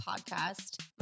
podcast